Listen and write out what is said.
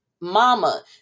mama